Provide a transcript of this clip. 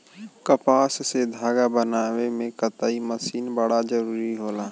कपास से धागा बनावे में कताई मशीन बड़ा जरूरी होला